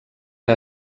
que